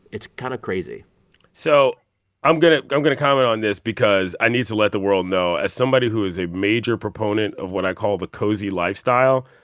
it's kind of crazy so i'm going to i'm going to comment on this because i need to let the world know. as somebody who is a major proponent of what i call the cozy lifestyle,